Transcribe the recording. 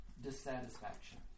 dissatisfaction